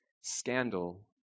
scandal